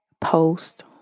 post